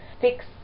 fix